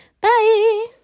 Bye